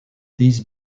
these